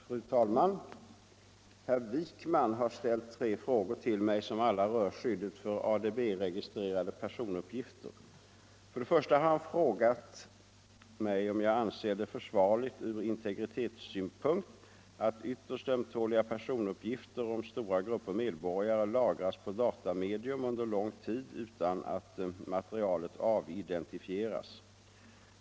Fru talman! Herr Wijkman har ställt tre frågor till mig som alla rör skyddet för ADB-registrerade personuppgifter. Först och främst har herr Wijkman frågat mig om jag anser det försvarligt ur integritetssynpunkt att ytterst ömtåliga personuppgifter om stora grupper medborgare lagras på datamedium under lång tid utan att materialet avidentifieras.